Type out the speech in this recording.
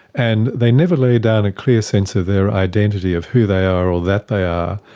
and they never lay down a clear sense of their identity, of who they are or that they are.